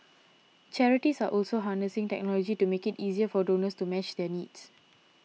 charities are also harnessing technology to make it easier for donors to match their needs